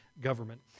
government